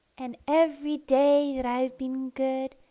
and every day that i've been good,